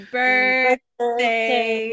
birthday